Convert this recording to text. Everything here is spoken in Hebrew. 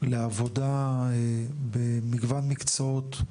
לעבודה במגוון מקצועות,